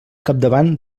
capdavant